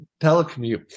telecommute